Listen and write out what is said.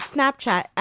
Snapchat